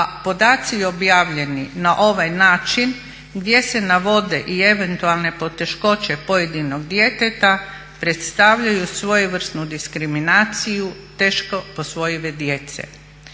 a podaci objavljeni na ovaj način gdje se navode i eventualne poteškoće pojedinog djeteta predstavljaju svojevrsnu diskriminaciju teško posvojive djece.